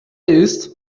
ist